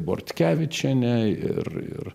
bortkevičienė ir ir